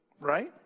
Right